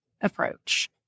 approach